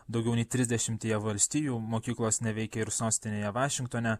daugiau nei trisdešimtyje valstijų mokyklos neveikia ir sostinėje vašingtone